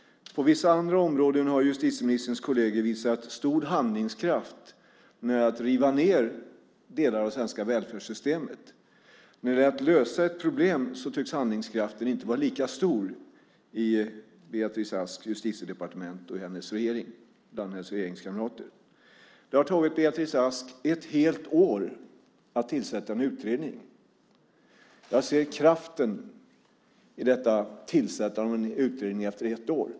På vissa andra områden har justitieministerns kolleger visat stor handlingskraft när det gäller att riva ned delar av det svenska välfärdssystemet. När det gäller att lösa ett problem tycks handlingskraften inte vara lika stor i Beatrice Asks justitiedepartement och bland hennes regeringskamrater. Det har tagit Beatrice Ask ett helt år att tillsätta en utredning. Jag ser kraften i detta tillsättande av en utredning efter ett år.